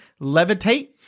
Levitate